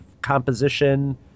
composition